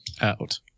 out